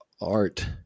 art